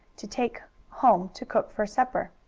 to take home to cook for supper.